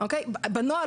בנוהל